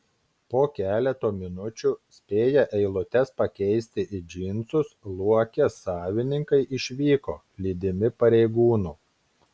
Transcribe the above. po keleto minučių spėję eilutes pakeisti į džinsus luokės savininkai išvyko lydimi pareigūnų